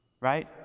right